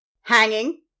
Hanging